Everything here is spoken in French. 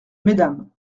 mesdames